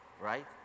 right